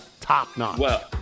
top-notch